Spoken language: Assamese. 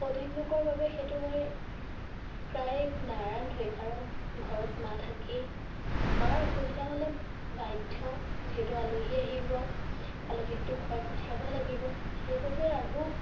অধিক লোকৰ বাবে সেইটো মই প্ৰায় নাৰান্ধোৱে কাৰণ ঘৰত মা থাকেই মাৰ অসুবিধা হ'লে বাধ্য যিহেতু আলহী আহিব আলহীকতো খুৱাই পঠিয়াব লাগিব সেই বাবে ৰান্ধো